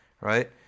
right